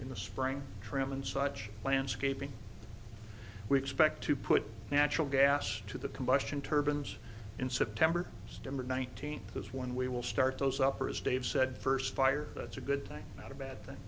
in the spring trim and such landscaping we expect to put natural gas to the combustion turbans in september stemberg one thousand is when we will start those up or as dave said first fire that's a good thing not a bad thing